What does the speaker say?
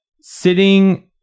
sitting